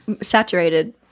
saturated